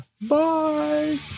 bye